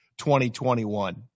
2021